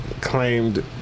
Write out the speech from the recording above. claimed